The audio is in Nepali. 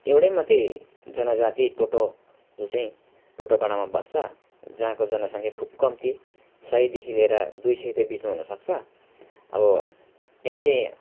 एउटै मात्र जनजाति टोटो जो चाहिँ टोटापाडामा बस्छ जहाँको जनसङ्ख्या खुब कम्ती सयदेखि लिएर दुई सयको बिचमा हुन सक्छ अब त्यहाँ चाहिँ